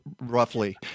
roughly